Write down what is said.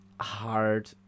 hard